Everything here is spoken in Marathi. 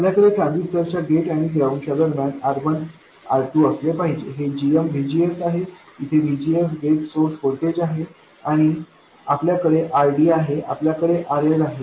आपल्याकडे ट्रान्झिस्टर च्या गेट आणि ग्राउंडच्या दरम्यान R1 R2 असले पाहिजे हे gmVGS आहे इथे VGS गेट सोर्स व्होल्टेज आहे आणि आपल्याकडे RD आहे आणि आपल्याकडे RL आहे